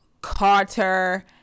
Carter